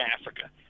Africa